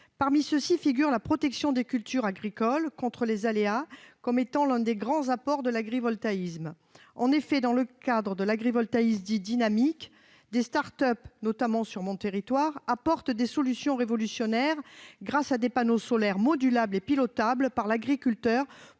de l'Ademe. Or la protection des cultures agricoles contre les aléas climatiques constitue l'un des grands apports de l'agrivoltaïsme. En effet, dans le cadre de l'agrivoltaïsme dit « dynamique », des start-up, notamment sur mon territoire, apportent des solutions révolutionnaires, grâce à des panneaux solaires modulables et pilotables par l'agriculteur